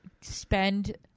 spend